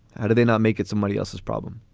how do they not make it somebody else's problem?